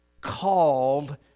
called